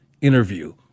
interview